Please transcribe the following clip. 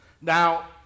Now